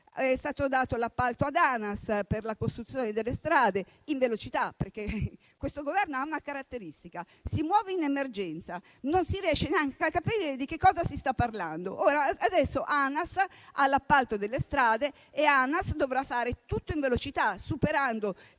È stato dato l'appalto ad ANAS per la costruzione in velocità delle strade, perché questo Governo ha una caratteristica: si muove in emergenza, non si riesce neanche a capire di che cosa si sta parlando. Adesso ANAS ha l'appalto delle strade e dovrà fare tutto in velocità, superando